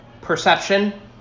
perception